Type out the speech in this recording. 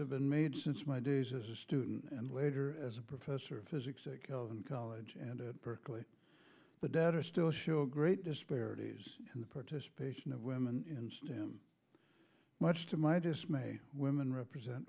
have been made since my days as a student and later as a professor of physics calvin college and berkeley but better still show great disparities in the participation of women in stem much to my dismay women represent